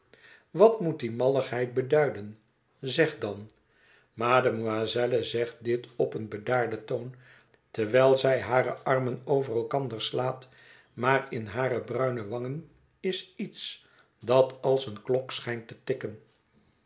wat moet die malligheid beduiden zeg dan mademoiselle zegt dit op een bedaarden toon terwijl zij hare armen over elkander slaat maar in hare bruine wangen is iets dat als eene klok schijnt te tikken